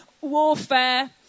warfare